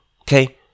Okay